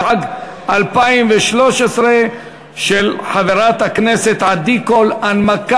64 בעד, אין מתנגדים, אחד נמנע.